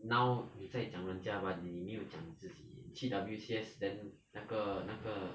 now 你在讲人家 but 你没有讲你自己你去 W_C_S then 那个那个